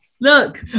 Look